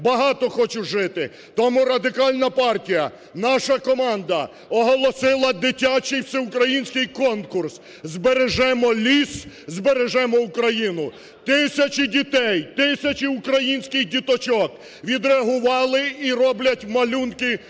багато хочуть жити. Тому Радикальна партія, наша команда оголосила дитячий всеукраїнський конкурс "Збережемо ліс – збережемо Україну". Тисячі дітей, тисячі українських діточок відреагували і роблять малюнки